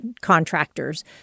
contractors